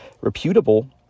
reputable